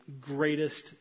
greatest